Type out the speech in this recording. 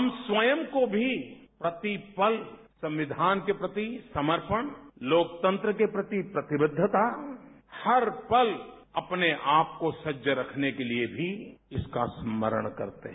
हम स्वयं को भी प्रति पल संविधान के प्रति समर्पण लोकतंत्र के प्रति प्रतिबद्धता हर पल अपने आपको को सजग रखने के लिए भी इसका स्मरण करते हैं